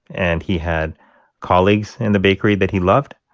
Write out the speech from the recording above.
and he had colleagues in the bakery that he loved.